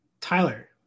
tyler